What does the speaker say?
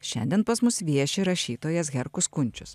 šiandien pas mus vieši rašytojas herkus kunčius